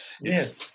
yes